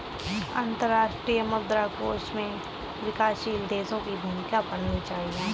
अंतर्राष्ट्रीय मुद्रा कोष में विकासशील देशों की भूमिका पढ़नी चाहिए